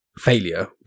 failure